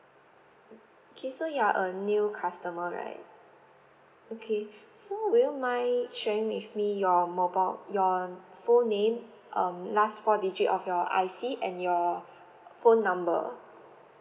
okay so you are a new customer right okay so will you mind sharing with me your mobile your full name um last four digit of your I_C and your phone number